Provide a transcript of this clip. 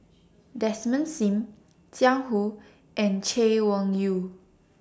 Desmond SIM Jiang Hu and Chay Weng Yew